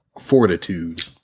fortitude